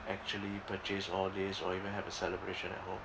actually purchase all these or even have a celebration at home